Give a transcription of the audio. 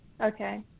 Okay